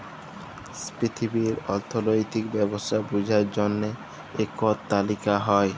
পিথিবীর অথ্থলৈতিক ব্যবস্থা বুঝার জ্যনহে ইকট তালিকা হ্যয়